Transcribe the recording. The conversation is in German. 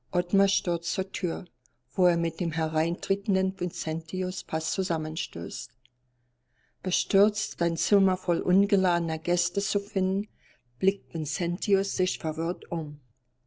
ottmar stürzt zur tür wo er mit dem hereintretenden vincentius fast zusammenstößt bestürzt sein zimmer voll ungeladener gäste zu finden blickt vincentius sich verwirrt um